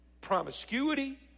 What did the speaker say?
promiscuity